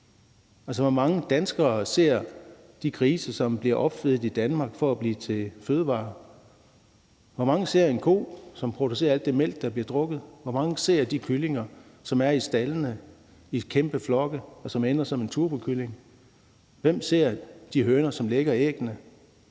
Hvor mange danskere ser de grise, som bliver opfedet i Danmark for at blive til fødevarer? Hvor mange ser de køer, som producerer alt det mælk, der bliver drukket? Hvor mange ser de kyllinger, som lever i staldene i kæmpe flokke, og som ender som turbokyllinger? Hvem ser de høner, som lægger æggene?